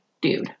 dude